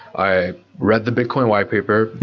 i read the bitcoin whitepaper.